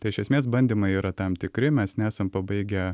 tai iš esmės bandymai yra tam tikri mes nesam pabaigę